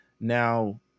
now